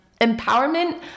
empowerment